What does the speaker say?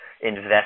invest